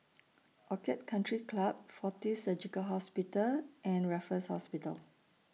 Orchid Country Club Fortis Surgical Hospital and Raffles Hospital